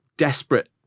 desperate